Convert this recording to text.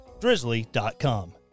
Drizzly.com